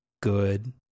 good